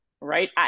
right